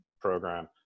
program